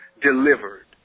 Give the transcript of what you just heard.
delivered